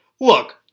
Look